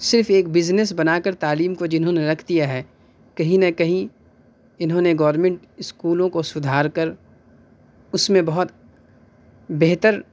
صرف ایک بزن بنا کر تعلیم کو جنہوں نے رکھ دیا ہے کہیں نہ کہیں اِنہوں نے گورنمنٹ اسکولوں کو سدھار کر اُس میں بہت بہتر